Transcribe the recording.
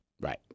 Right